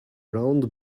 round